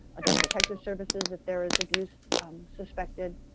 adult protective services if there is abuse suspected,